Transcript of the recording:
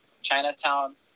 Chinatown